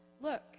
look